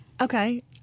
Okay